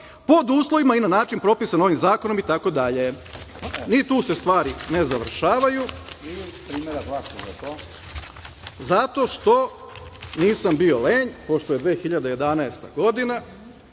pod uslovima i na način propisan ovim zakonom, itd. Tu se stvari ne završavaju zato što, nisam bio lenj, pošto je 2011. godina